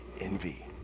envy